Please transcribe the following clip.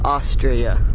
Austria